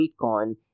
Bitcoin